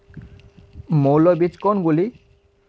মৌল বীজ কোনগুলি?